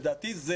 לדעתי,